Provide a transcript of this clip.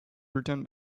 written